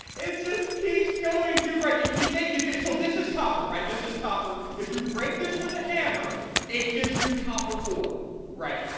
it just keeps going dude right you you think you think so this is copper, right? this is copper if you break this with a hammer it gives you copper ore right?